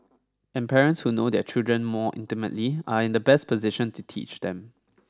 and parents who know their children more intimately are in the best position to teach them